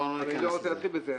לא ניכנס לזה.